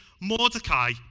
Mordecai